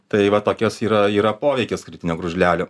tai va tokios yra yra poveikis rytinio gružlelio